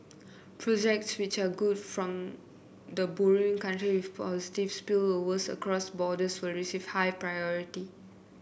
projects which are good from the borrowing country with positive spillovers across borders will receive high priority